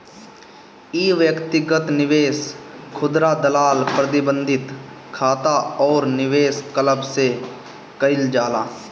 इ व्यक्तिगत निवेश, खुदरा दलाल, प्रतिबंधित खाता अउरी निवेश क्लब से कईल जाला